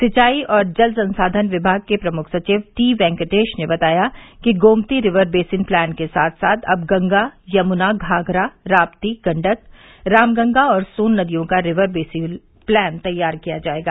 सिंचाई और जल संसाधन विभाग के प्रमुख सचिव टीवेंकटेश ने बताया कि गोमती रिवर बेसिन प्लान के साथ साथ अब गंगा यमुना घाधरा राप्ती गंडक रामगंगा और सोन नदियों का रिवर बेसिन प्लान तैयार किया जायेगा